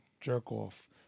jerk-off